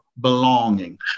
belonging